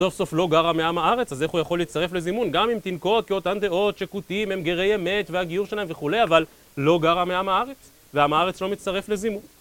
סוף סוף לא גרע מעם הארץ, אז איך הוא יכול להצטרף לזימון? גם אם תנקוט כאותן דעות שכותים הם גרי אמת והגיור שלהם וכולי, אבל לא גרע מעם הארץ, ועם הארץ לא מצטרף לזימון.